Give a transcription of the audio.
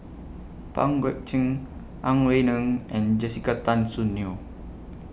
Pang Guek Cheng Ang Wei Neng and Jessica Tan Soon Neo